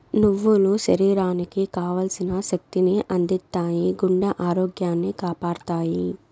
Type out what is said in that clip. నువ్వులు శరీరానికి కావల్సిన శక్తి ని అందిత్తాయి, గుండె ఆరోగ్యాన్ని కాపాడతాయి